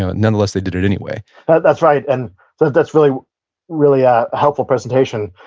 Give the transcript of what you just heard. ah and nonetheless, they did it anyway but that's right. and so that's really really a helpful presentation.